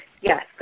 Yes